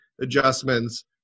adjustments